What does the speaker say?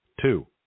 Two